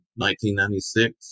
1996